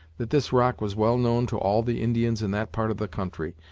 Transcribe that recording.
that this rock was well known to all the indians in that part of the country,